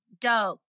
Dope